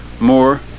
more